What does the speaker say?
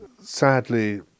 sadly